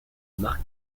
marque